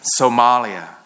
Somalia